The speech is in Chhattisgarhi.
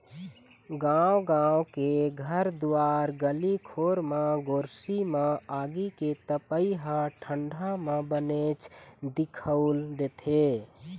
गाँव गाँव के घर दुवार गली खोर म गोरसी म आगी के तपई ह ठंडा म बनेच दिखउल देथे